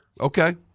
Okay